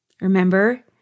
Remember